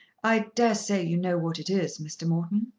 i dare say you know what it is, mr. morton?